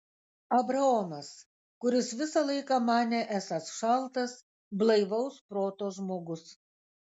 abraomas kuris visą laiką manė esąs šaltas blaivaus proto žmogus